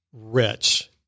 rich